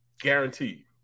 Guaranteed